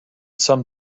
some